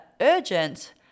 urgent